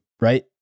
right